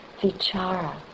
vichara